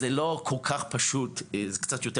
לא להשיב.